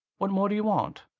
what more do you want?